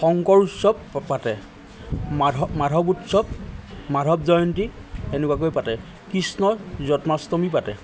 শংকৰ উৎসৱ পাতে মাধৱ মাধৱ উৎসৱ মাধৱ জয়ন্তী এনেকুৱাকৈ পাতে কৃষ্ণ জন্মাষ্টমী পাতে